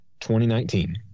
2019